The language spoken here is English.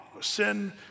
Sin